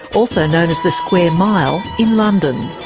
also known as the square mile, in london.